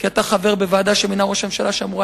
כי אתה חבר בוועדה שמינה ראש הממשלה שאמורה